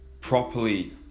properly